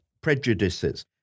prejudices